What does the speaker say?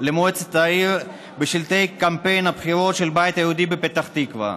למועצת העיר בשלטי קמפיין הבחירות של הבית היהודי בפתח תקווה,